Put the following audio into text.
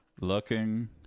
looking